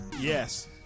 Yes